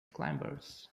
climbers